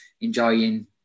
enjoying